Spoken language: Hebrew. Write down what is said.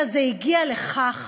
אלא זה הגיע לכך